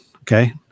okay